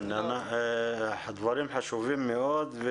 כן, דברים חשובים מאוד.